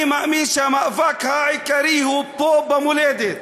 אני מאמין שהמאבק העיקרי הוא פה במולדת,